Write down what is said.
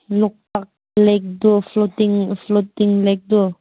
ꯂꯣꯛꯇꯥꯛ ꯂꯦꯛꯇꯣ floating floating ꯂꯦꯛꯇꯣ